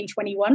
2021